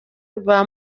rwa